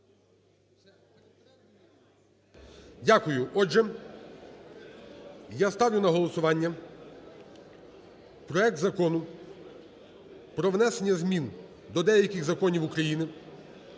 Дякую. Отже, я ставлю на голосування проект Закону про внесення змін до деяких законів України